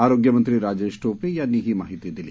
आरोग्यमंत्री राजेश टोपे यांनी ही माहिती दिली